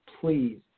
please